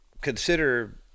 consider